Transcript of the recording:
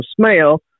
smell